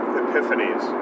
epiphanies